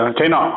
China